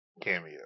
cameo